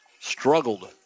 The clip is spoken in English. struggled